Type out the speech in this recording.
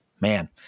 man